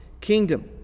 kingdom